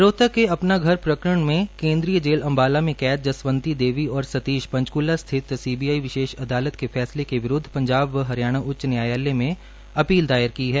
रोहतक में अपना घर प्रकरण में सेट्रंल जेल अम्बाला में कैद जसवंती देवी और सतीश ने पंचकूला स्थित सीबीआई विशेष् अदालत के फैसले के विरूदव पंजाब व हरियाण उच्च न्यायालय में अपील दायर की है